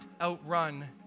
outrun